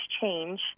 change